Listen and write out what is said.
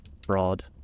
Broad